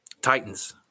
Titans